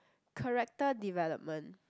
character development